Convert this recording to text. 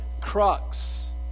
crux